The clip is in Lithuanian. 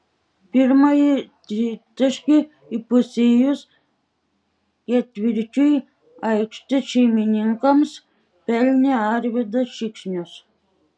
pirmąjį tritaškį įpusėjus ketvirčiui aikštės šeimininkams pelnė arvydas šikšnius